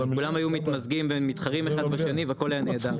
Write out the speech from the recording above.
גם היו מתמזגים ומתחרים אחד בשי והכל היה נהדר,